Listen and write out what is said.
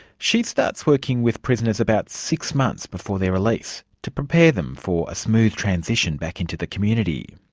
she starts working with prisoners about six months before they're released to prepare them for a smooth transition back into the community.